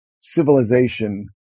civilization